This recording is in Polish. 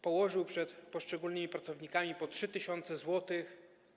Położył przed poszczególnymi pracownikami po 3 tys. zł.